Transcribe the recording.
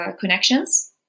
connections